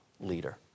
leader